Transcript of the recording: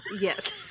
Yes